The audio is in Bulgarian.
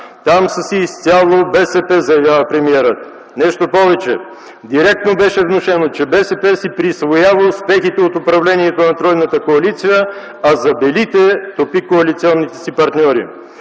„Там са си изцяло БСП”, заявява премиерът. Нещо повече, директно беше внушено, че БСП си присвоява успехите от управлението на тройната коалиция, а за „белите” „топи” коалиционните си партньори!